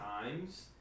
times